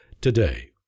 today